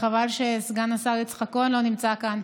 חבל שסגן השר יצחק כהן לא נמצא כאן,